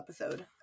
episode